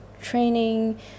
training